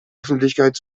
öffentlichkeit